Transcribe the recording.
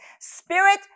spirit